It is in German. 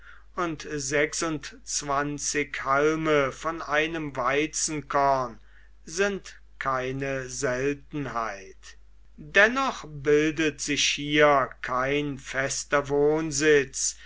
und sechsundzwanzig halme von einem weizenkorn sind keine seltenheit dennoch bildet sich hier kein fester wohnsitz